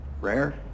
rare